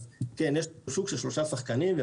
אז כן יש בשוק שלושה שחקנים,